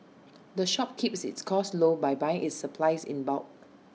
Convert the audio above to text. the shop keeps its costs low by buying its supplies in bulk